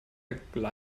ungefähr